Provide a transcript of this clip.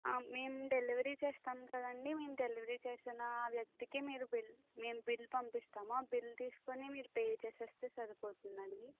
మేం డెలివరీ చేస్తాం కదండీ మేము డెలివరీ చేసినా వ్యక్తికే మీరు బిల్ మేము బిల్ పంపిస్తాము ఆ బిల్ తీసుకొని మీరు పే చేసేస్తే సరిపోతుందండి